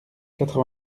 quatre